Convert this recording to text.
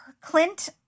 Clint